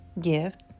Gift